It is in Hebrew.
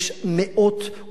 יש מאות,